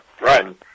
Right